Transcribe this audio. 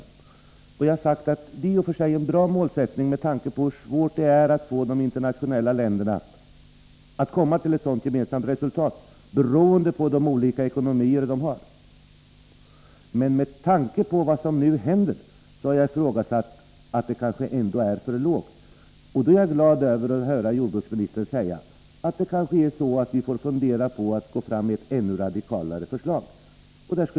Jag har sagt att detta i och för sig är en bra målsättning med hänsyn till hur svårt det är att internationellt komma fram till ett sådant gemensamt resultat, beroende på ländernas olika ekonomier. Men med tanke på vad som nu händer har jag ifrågasatt om inte nedskärningen ändå är för låg. Därför är jag glad över att höra jordbruksministern säga att vi kanske får fundera på att gå 9 fram med ett ännu radikalare förslag.